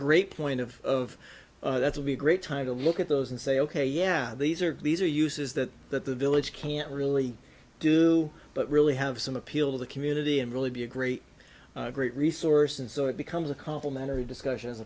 great point of of that'll be a great title look at those and say ok yeah these are these are uses that that the village can't really do but really have some appeal to the community and really be a great great resource and so it becomes a complimentary discussion as